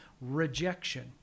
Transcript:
rejection